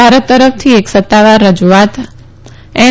ભારત તરફથી એક સત્તાવાર રજુઆત એન